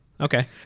okay